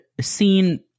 seen